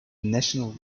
national